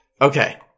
Okay